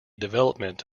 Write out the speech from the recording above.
development